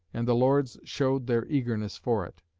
and the lords showed their eagerness for it.